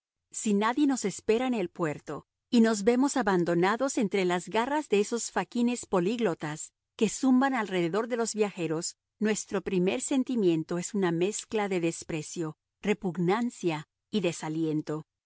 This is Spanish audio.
si nadie nos espera en el puerto y nos vemos abandonados entre las garras de esos faquines políglotas que zumban alrededor de los viajeros nuestro primer sentimiento es una mezcla de desprecio repugnancia y desaliento